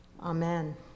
Amen